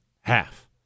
Half